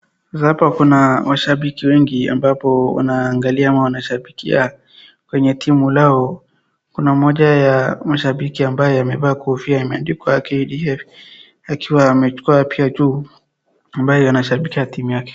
Sasa hapa kuna washambiki wengi ambapo wanaangalia ama wanashambikia kwenye timu lao. Kuna mmoja ya mashambiki ambaye amevaa kofia imeandikwa KDF, akiwa amechukua picha juu ambaye anashambikia timu yake.